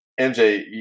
MJ